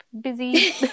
busy